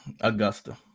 Augusta